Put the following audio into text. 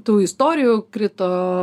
tų istorijų krito